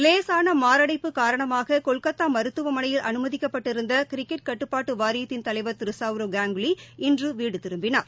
லேசான மாரடைப்பு காரணமாக கொல்கத்தா மருத்துவமனையில் அனுமதிக்கப்பட்டிருந்த கிரிக்கெட் கட்டுப்பாட்டு வாரியத்தின் தலைவர் சௌரவ் கங்குலி இன்று வீடு திரும்பினார்